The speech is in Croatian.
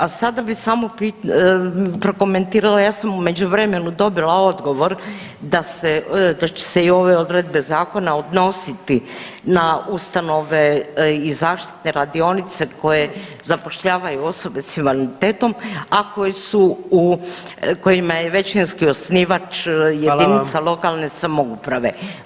A sada bih samo prokomentirala, ja sam u međuvremenu dobila odgovor da se, da će se i ove odredbe zakona odnositi na ustanove i zaštitne radionice koje koje zapošljavaju osobe s invaliditetom, a koje su u, kojima je većinski osnivač [[Upadica: Hvala vam.]] jedinica lokalne samouprave.